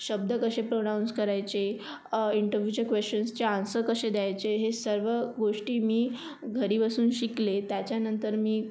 शब्द कसे प्रोनाऊन्स करायचे इंटरव्यूच्या क्वेश्चन्सचे आन्सर कसे द्यायचे हे सर्व गोष्टी मी घरी बसून शिकले त्याच्यानंतर मी